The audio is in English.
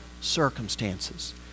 circumstances